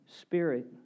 Spirit